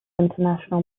international